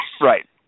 Right